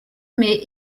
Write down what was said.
mais